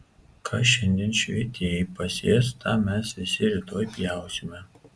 ką šiandien švietėjai pasės tą mes visi rytoj pjausime